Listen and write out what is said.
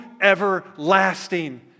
everlasting